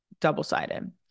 double-sided